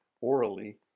orally